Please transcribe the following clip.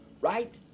right